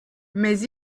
mais